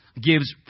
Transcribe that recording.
gives